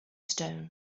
stone